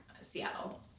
Seattle